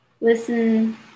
Listen